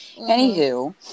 Anywho